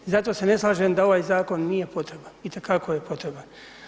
I zato se ne slažem da ovaj zakon nije potreban, itekako je potreban.